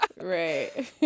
right